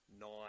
nine